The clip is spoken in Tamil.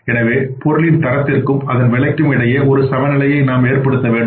எனவே பொருளின் தரத்திற்கும் மற்றும் அதன்விலைக்கும் இடையில் ஒரு சமநிலையை நாம் ஏற்படுத்த வேண்டும்